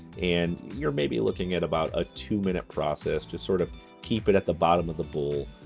and you're maybe looking at about a two-minute process. just sort of keep it at the bottom of the bowl.